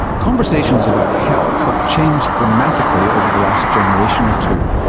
conversations about health have changed dramatically over the last generation or two.